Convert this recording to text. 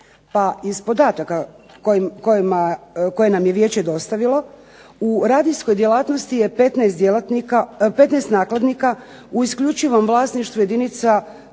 pa iz podataka koje nam je vijeće dostavilo u radijskoj djelatnosti je 15 nakladnika u isključivom vlasništvu jedinica